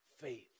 faith